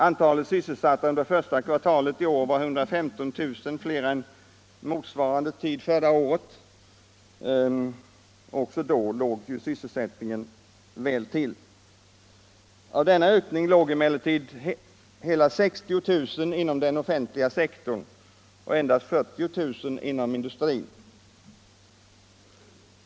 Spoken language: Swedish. Antalet sysselsatta under första kvartalet i år var 115 000 fler än under motsvarande tid förra året, trots att sysselsättningen även då var relativt god. Av denna ökning svarade emellertid den offentliga sektorn förshela 60 000 och industrin för endast 40 000.